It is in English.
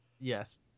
Yes